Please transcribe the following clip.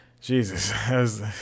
Jesus